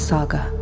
Saga